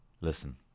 Listen